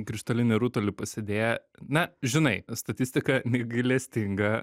krištolinį rutulį pasėdėję na žinai statistika negailestinga